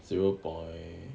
zero point